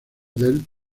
del